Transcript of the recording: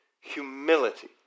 humility